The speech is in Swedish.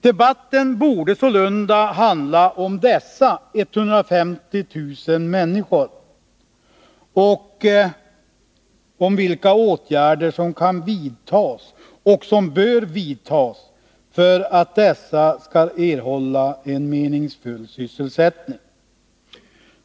Debatten borde sålunda handla om dessa 150 000 människor och om vilka åtgärder som kan vidtas och bör vidtas för att de skall erhålla en meningsfull sysselsättning.